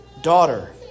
Daughter